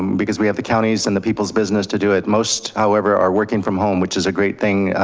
um because we have the counties and the people's business to do at most. however, are working from home, which is a great thing.